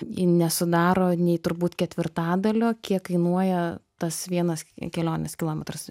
nesudaro nei turbūt ketvirtadalio kiek kainuoja tas vienas kelionės kilometras